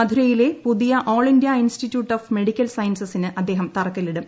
മധുരയിലെ പുതിയ all India institute of medical സയൻസസിന് അദ്ദേഹം തറക്കല്ലിടും